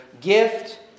gift